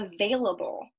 available